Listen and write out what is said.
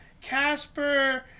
Casper